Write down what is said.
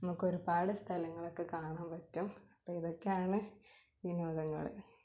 നമുക്ക് ഒരുപാട് സ്ഥലങ്ങളൊക്കെ കാണാൻ പറ്റും അപ്പം ഇതൊക്കെയാണ് വിനോദങ്ങൾ